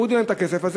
תורידו להם את הכסף הזה,